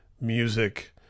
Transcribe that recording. music